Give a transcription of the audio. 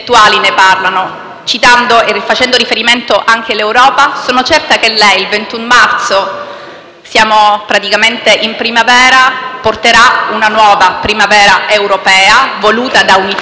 (siamo praticamente in primavera), porterà una nuova primavera europea, voluta dall'Italia per un'Europa unita e più forte.